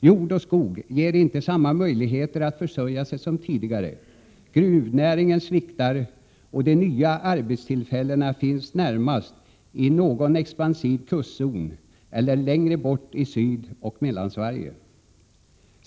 Jord och skog ger inte samma möjligheter för människor att försörja sig som tidigare, gruvnäringen sviktar och de nya arbetstillfällena finns närmast i någon expansiv kustzon eller längre bort i Sydoch Mellansverige.